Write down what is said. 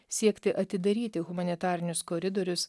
siekti atidaryti humanitarinius koridorius